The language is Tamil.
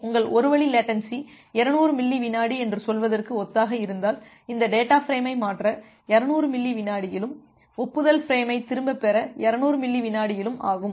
உங்கள் ஒரு வழி லேட்டன்சி 200 மில்லி விநாடி என்று சொல்வதற்கு ஒத்ததாக இருந்தால் இந்த டேட்டா ஃபிரேமை மாற்ற 200 மில்லி விநாடிகளும் ஒப்புதல் ஃபிரேமை திரும்பப் பெற 200 மில்லி விநாடிகளும் ஆகும்